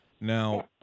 now